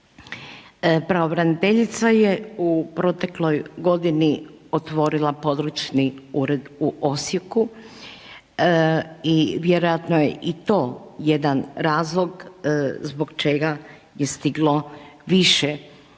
Pravobraniteljica je u protekloj godini otvorila područni ured u Osijeku i vjerojatno je i to jedan razlog zbog čega je stiglo više obraćanja